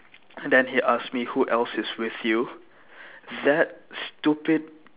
and then he asked me who else is with you that stupid